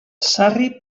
sarri